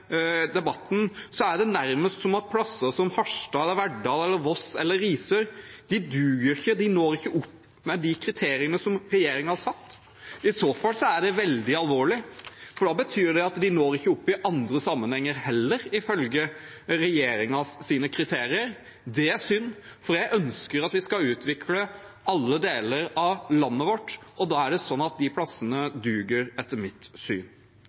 debatten, er det nærmest som om plasser som Harstad, Verdal, Voss eller Risør ikke duger, at de ikke når opp til de kriteriene som regjeringen har satt. I så fall er det veldig alvorlig, for det betyr at vi ikke når opp i andre sammenhenger heller, ifølge regjeringens kriterier. Det er synd, for jeg ønsker at vi skal utvikle alle deler av landet vårt, og da er det slik at disse plassene duger, etter mitt syn.